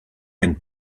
and